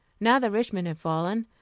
now that richmond had fallen,